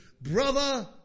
Brother